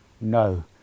No